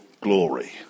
glory